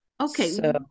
Okay